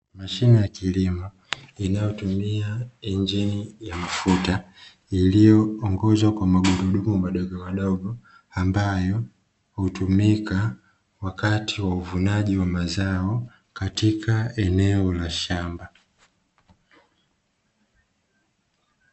Mashine ya kilimo inayotumia injini ya mafuta iliyoongozwa kwa magurudumu madogomadogo, ambayo hutumika wakati wa uvunaji wa mazao katika eneo la shamba.